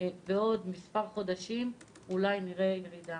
בעוד מספר חודשים, אולי נראה ירידה.